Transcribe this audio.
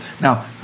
Now